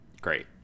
great